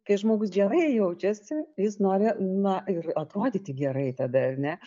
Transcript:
kai žmogus gerai jaučiasi jis nori na ir atrodyti gerai tada ar ne